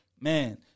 man